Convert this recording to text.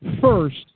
first